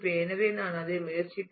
எனவே நான் அதை முயற்சிக்கிறேன்